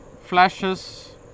flashes